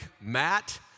Matt